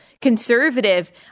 conservative